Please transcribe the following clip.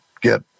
get